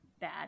bad